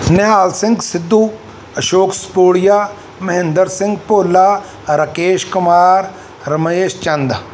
Nihal Singh Sidhu Ashok Spolia Mahinder Singh Bhola Rakesh Kumar Ramesh Chand